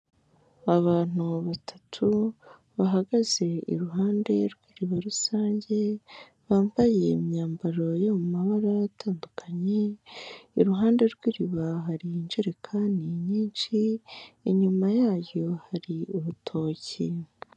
Abantu batatu bahagaze iruhande rw'iriba rusange, bambaye imyambaro yo mu mabara atandukanye, iruhande rw'iriba hari injerekani nyinshi, inyuma yaryo hari urutoki.